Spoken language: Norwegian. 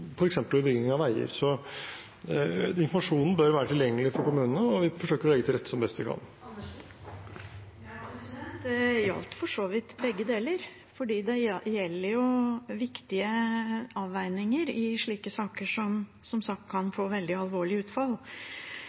bygging av veier. Så informasjonen bør være tilgjengelig for kommunene, og vi forsøker å legge til rette som best vi kan. Det gjaldt for så vidt begge deler, for det gjelder viktige avveininger i slike saker som, som sagt, kan få veldig alvorlige utfall.